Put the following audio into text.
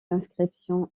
inscriptions